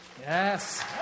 Yes